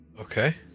Okay